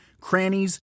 crannies